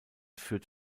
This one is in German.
führt